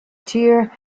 tear